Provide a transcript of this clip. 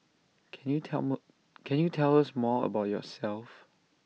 can you tell more can you tell us more about yourself